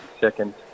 second